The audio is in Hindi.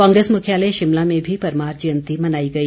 कांग्रेस मुख्यालय शिमला में भी परमार जयंती मनाई गई